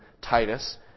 Titus